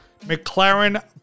McLaren